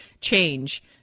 change